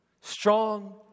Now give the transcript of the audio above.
strong